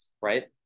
right